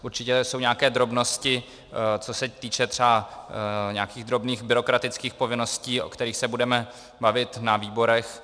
Určitě jsou nějaké drobnosti, co se týče třeba nějakých drobných byrokratických povinností, o kterých se budeme bavit na výborech.